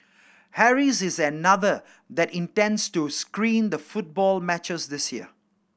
Harry's is another that intends to screen the football matches this year